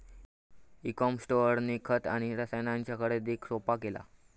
E com स्टोअरनी खत आणि रसायनांच्या खरेदीक सोप्पा केला